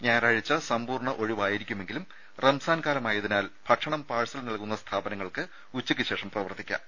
ഞായറാഴ്ച്ച സമ്പൂർണ്ണ ഒഴിവ് ആയിരിക്കുമെങ്കിലും റംസാൻ കാലമായതിനാൽ ഭക്ഷണം പാർസൽ നൽകുന്ന സ്ഥാപനങ്ങൾക്ക് ഉച്ചക്ക് ശേഷം പ്രവർത്തിക്കാം